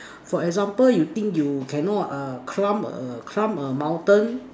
for example you think you cannot err climb a climb a mountain